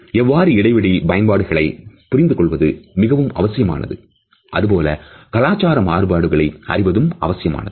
எவ்வாறு இடைவெளி பயன்பாடுகளை புரிந்து கொள்வது மிகவும் அவசியமானது அதுபோல கலாச்சார மாறுபாடுகளை அறிவதும் அவசியமானது